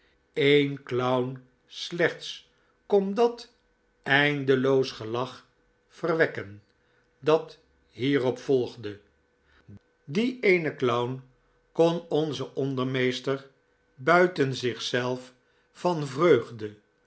een clown slechts kon dat eindelobs gelach verwekken dat hierop volgde die e'e'ne clown kon onzen ondermeester buiinleiding ten zich zelf van vreugde